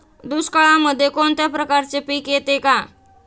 दुष्काळामध्ये कोणत्या प्रकारचे पीक येते का?